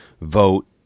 vote